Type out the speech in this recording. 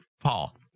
paul